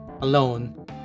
alone